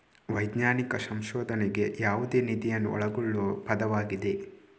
ವೈಜ್ಞಾನಿಕ ಸಂಶೋಧನೆಗೆ ಯಾವುದೇ ನಿಧಿಯನ್ನು ಒಳಗೊಳ್ಳುವ ಪದವಾಗಿದೆ